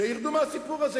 שירדו מהסיפור הזה,